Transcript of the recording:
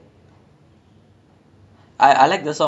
ah ya ya ya so like alaipaayuthaae பாத்தோ:paatho